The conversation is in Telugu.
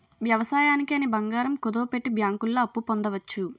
వ్యవసాయానికి అని బంగారం కుదువపెట్టి బ్యాంకుల్లో అప్పు పొందవచ్చు